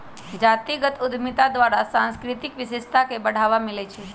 जातीगत उद्यमिता द्वारा सांस्कृतिक विशेषता के बढ़ाबा मिलइ छइ